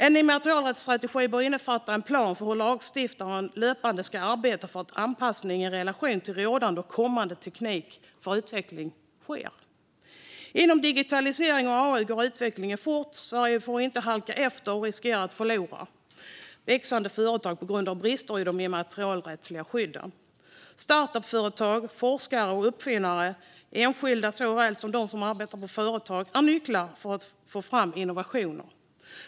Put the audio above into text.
En immaterialrättsstrategi bör innefatta en plan för hur lagstiftaren löpande ska arbeta för en anpassning i relation till rådande och kommande teknik för utveckling. Inom digitalisering och AI går utvecklingen fort. Sverige får inte halka efter och riskera att förlora växande företag på grund av brister i de immaterialrättsliga skydden. Startup-företag, forskare och uppfinnare, såväl enskilda som de som arbetar på företag, är nycklar för att få fram innovationer.